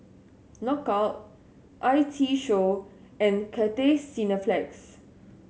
Knockout I T Show and Cathay Cineplex